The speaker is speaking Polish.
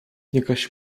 jakaś